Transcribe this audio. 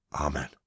Amen